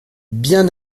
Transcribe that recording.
bien